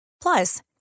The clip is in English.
Plus